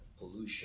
pollution